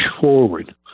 forward